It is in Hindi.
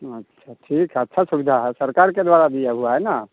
अच्छा ठीक है अच्छा सुविधा है सरकार के द्वारा दिया हुआ है ना